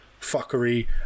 fuckery